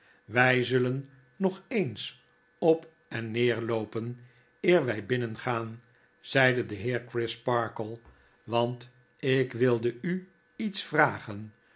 wij zullen nog eens op en neerloopen eer wij binnen gaan zeide de heer crisparkle want ik wilde u iets vragen